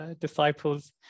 disciples